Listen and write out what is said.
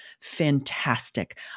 fantastic